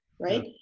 right